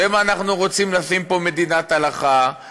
שמא אנחנו רוצים לשים פה מדינת הלכה,